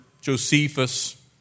Josephus